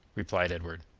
replied edward.